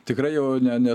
tikrai jau ne ne